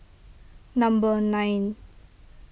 number nine